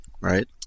right